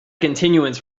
continuance